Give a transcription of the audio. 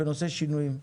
התעשיינים.